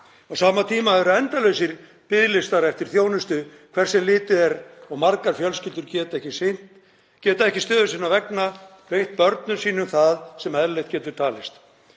Á sama tíma eru endalausir biðlistar eftir þjónustu hvert sem litið er og margar fjölskyldur geta ekki stöðu sinnar vegna veitt börnum sínum það sem eðlilegt getur talist.